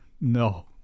No